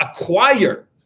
acquire